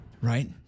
right